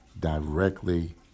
directly